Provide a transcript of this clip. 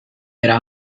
era